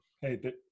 hey